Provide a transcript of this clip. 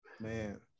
man